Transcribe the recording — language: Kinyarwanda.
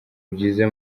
byiza